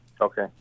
Okay